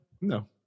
No